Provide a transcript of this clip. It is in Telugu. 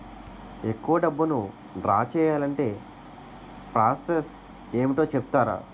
ఎక్కువ డబ్బును ద్రా చేయాలి అంటే ప్రాస సస్ ఏమిటో చెప్తారా?